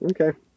okay